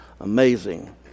Amazing